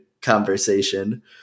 conversation